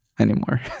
anymore